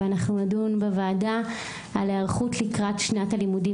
ואנחנו נדון בוועדה על היערכות לקראת שנת הלימודים